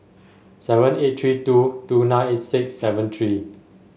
seven eight three two two nine eight six seven three